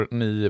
ni